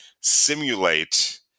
simulate